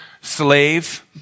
slave